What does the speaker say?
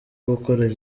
gukora